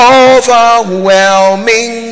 overwhelming